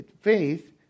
faith